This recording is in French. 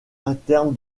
interne